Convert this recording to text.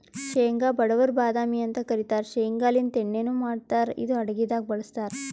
ಶೇಂಗಾ ಬಡವರ್ ಬಾದಾಮಿ ಅಂತ್ ಕರಿತಾರ್ ಶೇಂಗಾಲಿಂತ್ ಎಣ್ಣಿನು ಮಾಡ್ತಾರ್ ಇದು ಅಡಗಿದಾಗ್ ಬಳಸ್ತಾರ್